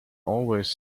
always